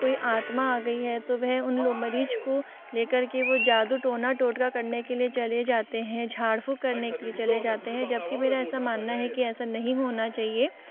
कोई आत्मा आ गई है तो वह उन मरीज को ले कर के वो जादू टोना टोटका करने के लिए चले जाते है झाड़ फूँक करने के लिए चले जाते है जबकि मेरा ऐसा मानना है की ऐसा नहीं होना चाहिए